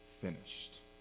finished